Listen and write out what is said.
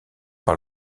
par